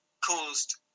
caused